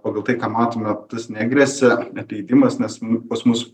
pagal tai ką matome tas negresia atleidimas nes nu pas mus